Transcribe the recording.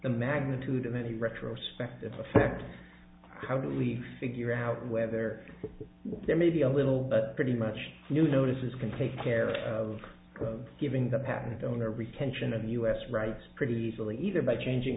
the magnitude of any retrospectively how do we figure out whether there may be a little but pretty much new notices can take care of of giving the patent owner retention and us rights pretty easily either by changing